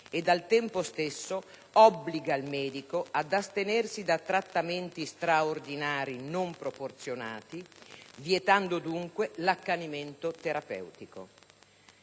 ed al tempo stesso obbliga il medico ad astenersi da trattamenti straordinari non proporzionati, vietando dunque l'accanimento terapeutico.